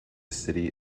city